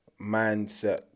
mindset